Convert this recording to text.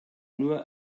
nur